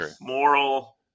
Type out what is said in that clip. moral